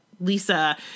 Lisa